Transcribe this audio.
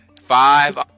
five